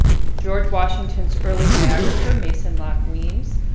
george washington's early biographer, mason locke weems,